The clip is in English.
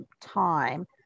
time